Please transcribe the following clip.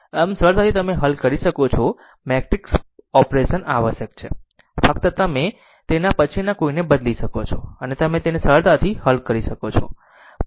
આમ સરળતાથી તમે હલ કરી શકો છો મેટ્રિક્સ ઓપરેશન આવશ્યક છે ફક્ત તમે તેના પછીના કોઈને બદલી શકો અને તમે તેને સરળતાથી હલ કરી શકો છો